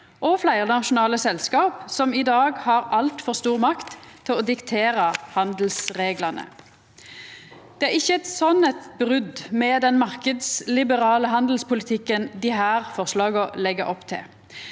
og fleirnasjonale selskap, som i dag har altfor stor makt til å diktera handelsreglane. Det er ikkje eit slikt brot med den marknadsliberale handelspolitikken desse forslaga legg opp til.